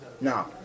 now